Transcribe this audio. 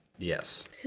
Yes